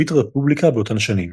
שליט הרפובליקה באותן שנים.